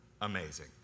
amazing